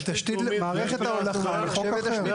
מערכת ההולכה בחוק אחר.